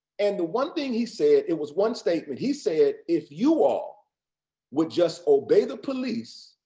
and the one thing he said, it was one statement. he said, if you all would just obey the police,